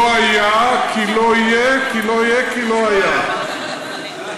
לא היה כי לא יהיה כי לא יהיה כי לא היה.